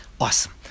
Awesome